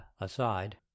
aside